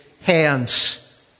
hands